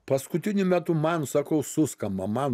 paskutiniu metu man sakau suskamba man